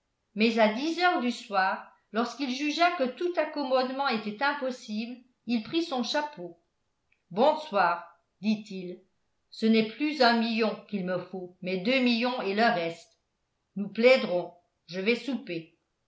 mais à dix heures du soir lorsqu'il jugea que tout accommodement était impossible il prit son chapeau bonsoir dit-il ce n'est plus un million qu'il me faut mais deux millions et le reste nous plaiderons je vais souper